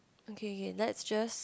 okay okay let's just